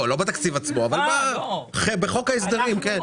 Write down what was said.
לא בתקציב עצמו, אבל בחוק ההסדרים כן.